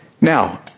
Now